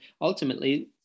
ultimately